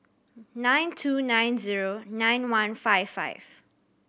nine two nine zero nine one five five